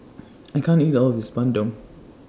I can't eat All of This Bandung